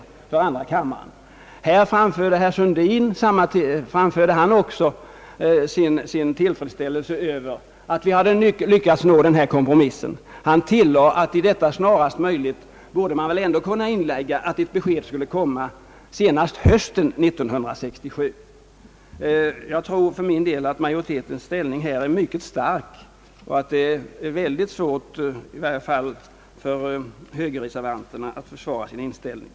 I första kammaren uttryckte herr Sundin sin tillfredsställelse över att vi lyckats nå kompromissen, och han tillade att i orden »snarast möjligt» borde man väl ändå kunna inlägga att ett besked skulle lämnas senast hösten 1967. Jag tror för min del att majoritetens ställning i detta fall är mycket stark och att det är ytterst svårt i varje fall för högerreservanterna att försvara sin ståndpunkt.